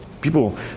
People